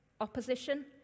opposition